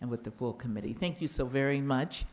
and with the full committee thank you so very much